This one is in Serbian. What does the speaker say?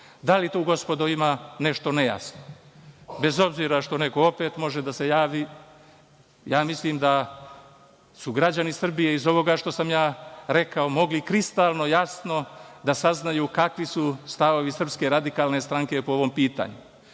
li tu gospodo ima nešto nejasno? Bez obzira što neko može opet da se javi, mislim da su građani Srbije, iz ovoga što sam rekao, mogli kristalno jasno da saznaju kakvi su stavovi SRS po ovom pitanju.